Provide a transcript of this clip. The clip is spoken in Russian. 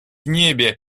небе